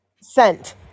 scent